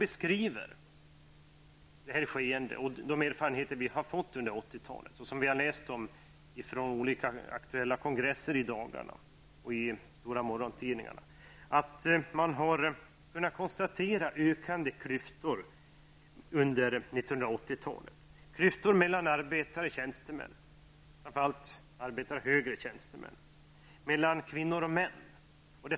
De erfarenheter som vi har fått under 1980-talet och det som vi har läst i rapporter från olika aktuella kongresser i de stora morgontidningarna visar på ökande klyftor under 1980-talet mellan arbetare och tjänstemän, framför allt högre tjänstemän, mellan kvinnor och män.